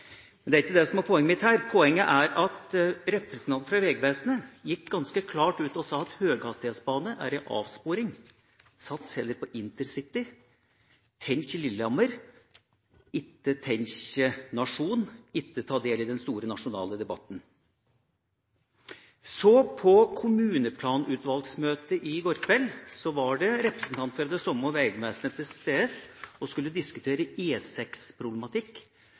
Men det var ikke poenget mitt her. Poenget er at representanten fra Vegvesenet gikk ganske klart ut og sa at høyhastighetsbane er en avsporing – sats heller på InterCity, tenk Lillehammer, ikke tenk nasjon, ikke ta del i den store nasjonale debatten. Så, på kommuneplanutvalgsmøte i går kveld var det representanter for det samme Vegvesenet til stede og skulle diskutere